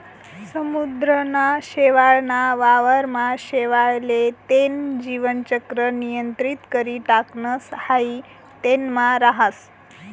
समुद्रना शेवाळ ना वावर मा शेवाळ ले तेन जीवन चक्र नियंत्रित करी टाकणस हाई तेनमा राहस